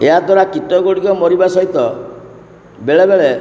ଏହାଦ୍ଵାରା କୀଟଗୁଡ଼ିକ ମରିବା ସହିତ ବେଳେବେଳେ